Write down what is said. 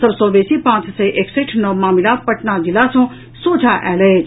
सभ सँ बेसी पांच सय एकसठि नव मामिला पटना जिला सँ सोझा आयल अछि